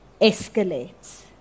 escalates